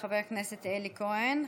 תודה רבה, חבר הכנסת אלי כהן.